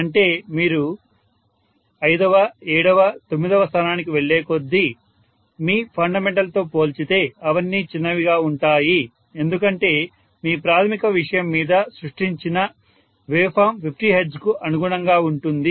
అంటే మీరు 5వ 7వ 9వ స్థానానికి వెళ్ళేకొద్దీ మీ ఫండమెంటల్ తో పోల్చితే అవన్నీ చిన్నవిగా ఉంటాయి ఎందుకంటే మీ ప్రాథమిక విషయం మీరు సృష్టించిన వేవ్ ఫామ్ 50 హెర్ట్జ్ కు అనుగుణంగా ఉంటుంది